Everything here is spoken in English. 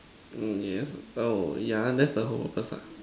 mm yes oh yeah that's the whole purpose lah